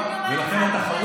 אני אומר את זה חד וחלק,